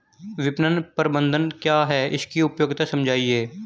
विपणन प्रबंधन क्या है इसकी उपयोगिता समझाइए?